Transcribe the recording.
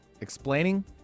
explaining